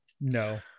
No